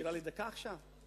נשארה לי דקה עכשיו?